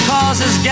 Causes